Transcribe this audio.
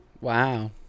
Wow